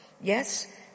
Yes